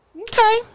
Okay